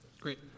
Great